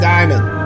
Diamond